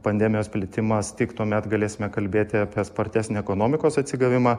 pandemijos plitimas tik tuomet galėsime kalbėti apie spartesnį ekonomikos atsigavimą